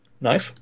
Nice